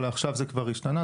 עכשיו זה השתנה.